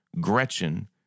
Gretchen